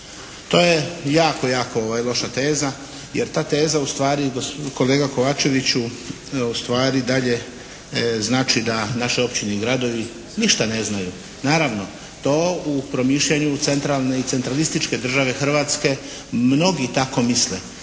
To je jako, jako loša teza, jer ta teza ustvari kolega Kovačeviću ustvari dalje znači da naše općine i gradovi ništa ne znaju. Naravno, to u promišljanju centralne i centralističke države Hrvatske mnogi tako misle.